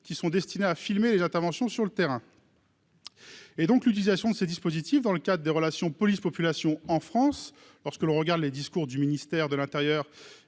qui sont destinés à filmer les interventions sur le terrain. Et donc l'utilisation de ces dispositifs dans le cadre des relations police-population en France lorsque l'on regarde les discours du ministère de l'Intérieur